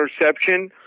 interception